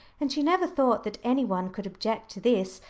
and she never thought that any one could object to this.